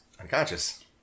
unconscious